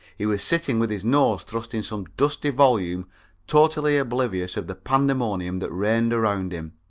he was sitting with his nose thrust in some dusty volume totally oblivious of the pandemonium that reigned around him.